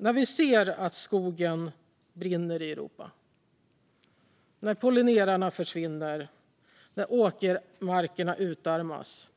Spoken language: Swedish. När vi ser att skogen brinner i Europa, när pollinerarna försvinner och när åkermarkerna utarmas